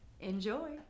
Enjoy